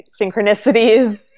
synchronicities